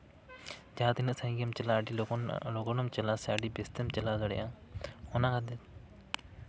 ᱡᱟᱦᱟᱸ ᱛᱤᱱᱟᱹᱜ ᱥᱟᱹᱜᱤᱧ ᱜᱮᱢ ᱪᱟᱞᱟᱜᱼᱟ ᱟᱹᱰᱤ ᱞᱚᱜᱚᱱ ᱞᱚᱜᱚᱱᱮᱢ ᱪᱟᱞᱟᱜ ᱟᱥᱮ ᱟᱹᱰᱤ ᱵᱮᱥᱛᱮᱢ ᱪᱟᱞᱟᱣ ᱫᱟᱲᱮᱭᱟᱜᱼᱟ ᱚᱱᱟ ᱠᱷᱟᱹᱛᱤᱨ